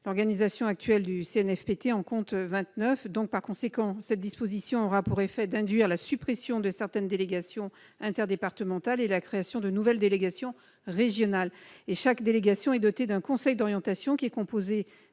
L'organisation actuelle du CNFPT compte actuellement 29 délégations. Par conséquent, cette disposition aura pour effet d'induire la suppression de certaines délégations interdépartementales et la création de nouvelles délégations régionales. Chaque délégation est dotée d'un conseil d'orientation, composé